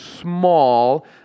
small